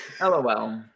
lol